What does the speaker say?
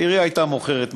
העירייה הייתה מוכרת,